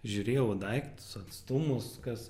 žiūrėjau į daiktus atstumus kas